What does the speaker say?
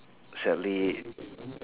sadly